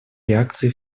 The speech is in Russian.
реакции